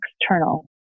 external